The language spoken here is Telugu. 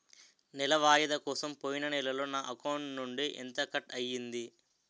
నెల వాయిదా కోసం పోయిన నెలలో నా అకౌంట్ నుండి ఎంత కట్ అయ్యింది?